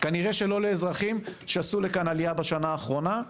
כנראה שלא לאזרחים שעשו לכאן עלייה בשנה האחרונה.